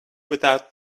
without